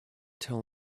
tell